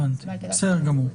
בסדר גמור.